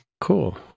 Cool